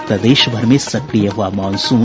और प्रदेशभर में सक्रिय हुआ मॉनसून